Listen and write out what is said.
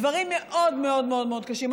דברים מאוד מאוד מאוד מאוד קשים.